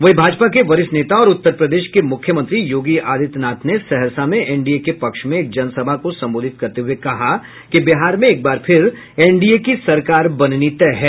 वहीं भाजपा के वरिष्ठ नेता और उत्तर प्रदेश के मुख्यमंत्री योगी आदित्यनाथ ने सहरसा में एनडीए के पक्ष में एक जनसभा को संबोधित करते हुए कहा कि बिहार में एक बार फिर एनडीए की सरकार बननी तय है